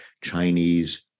Chinese